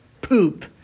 poop